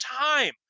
time